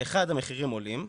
אחד, המחירים עולים,